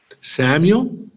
Samuel